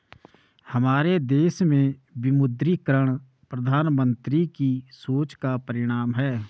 हमारे देश में विमुद्रीकरण प्रधानमन्त्री की सोच का परिणाम है